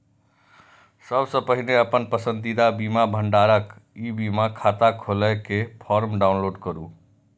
सबसं पहिने अपन पसंदीदा बीमा भंडारक ई बीमा खाता खोलै के फॉर्म डाउनलोड करू